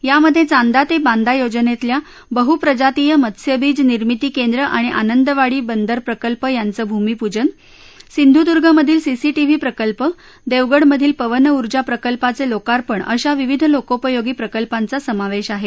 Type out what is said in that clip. यामध्ये चांदा ते बांदा योजनेतल्या बहुप्रजातीय मत्स्यबीज निर्मिती केंद्र आणि आनंदवाडी बंदर प्रकल्प यांचे भूमीपूजन सिंधुदुर्गमधील सीसीटीव्ही प्रकल्प देवगडमधील पवन ऊर्जा प्रकल्पाचे लोकार्पण अशा विविध लोकोपयोगी प्रकल्पांचा समावेश आहे